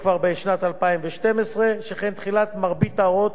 שכן תחילת מרבית הוראות החוק היא ב-1 בינואר